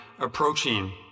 approaching